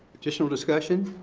additional discussion?